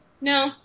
No